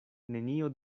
nenio